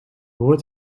hoort